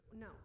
No